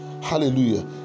Hallelujah